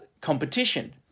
competition